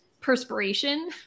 perspiration